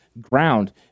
ground